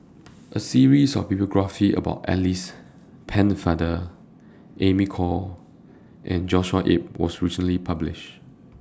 A series of biographies about Alice Pennefather Amy Khor and Joshua Ip was recently published